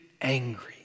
angry